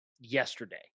yesterday